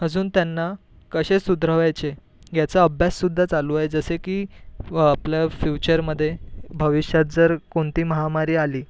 अजून त्यांना कसे सुधारायचे याचा अभ्याससुध्दा चालू आहे जसे की आपल्या फ्युचरमध्ये भविष्यात जर कोणती महामारी आली